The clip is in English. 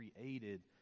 created